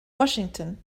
washington